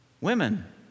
Women